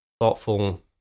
thoughtful